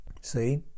see